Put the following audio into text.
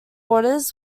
orders